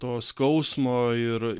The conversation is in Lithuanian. to skausmo ir